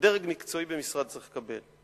שדרג מקצועי במשרד צריך לקבל.